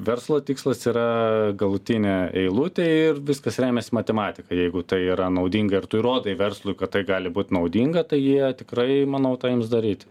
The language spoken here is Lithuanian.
verslo tikslas yra galutinė eilutė ir viskas remiasi matematika jeigu tai yra naudinga ir tu įrodai verslui kad tai gali būt naudinga tai jie tikrai manau tą ims daryt